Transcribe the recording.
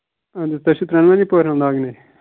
اَہَن حظ تۄہہِ چھِو ترٛنوٕنی پورَن لاگٕنۍ یِم